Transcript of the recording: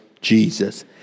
Jesus